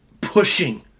pushing